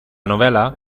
novel·la